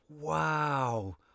Wow